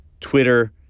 Twitter